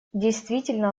действительно